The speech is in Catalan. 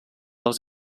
els